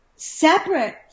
separate